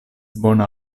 bona